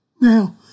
Now